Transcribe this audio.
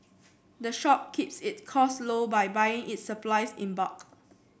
the shop keeps its costs low by buying its supplies in bulk